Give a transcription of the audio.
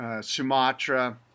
Sumatra